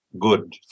good